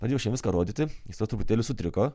norėjau aš jiem viską rodyti jisai truputėlį sutriko